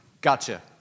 gotcha